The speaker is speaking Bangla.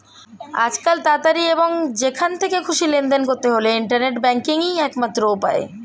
আজকাল তাড়াতাড়ি এবং যেখান থেকে খুশি লেনদেন করতে হলে ইন্টারনেট ব্যাংকিংই একমাত্র উপায়